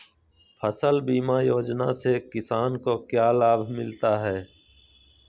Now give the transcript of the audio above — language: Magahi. फसल बीमा योजना से किसान को क्या लाभ मिलता है?